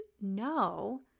no